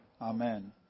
Amen